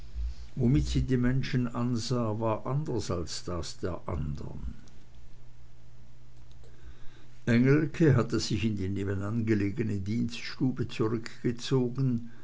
womit sie die menschen ansah war anders als das der andern engelke hatte sich in die nebenan gelegene dienststube zurückgezogen